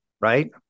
right